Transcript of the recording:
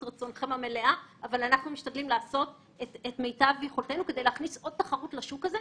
רצונכם המלאה - כדי להכניס עוד תחרות לשוק הזה,